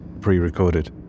pre-recorded